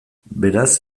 beraz